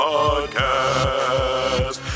Podcast